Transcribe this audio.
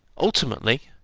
ultimately,